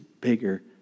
bigger